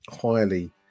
highly